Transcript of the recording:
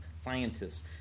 scientists